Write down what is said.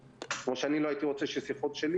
כמו שאני לא הייתי רוצה ששיחות שלי,